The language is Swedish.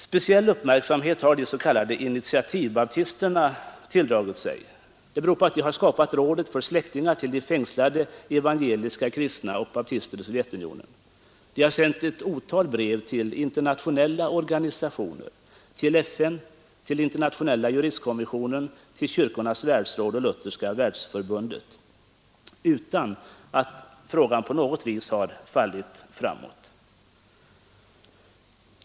Speciell uppmärksamhet har de s.k. initiativbaptisterna tilldragit sig. Det beror på att de har skapat Rådet för släktingar till fängslade evangeliska kristna och baptister i Sovjetunionen. De har sänt ett otal brev till internationella organisationer, till FN, till Internationella juristkommissionen, till Kyrkornas världsråd och Lutherska världsförbundet utan att frågan på något vis har fallit framåt.